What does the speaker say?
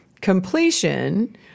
completion